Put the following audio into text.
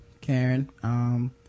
Karen